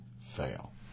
fail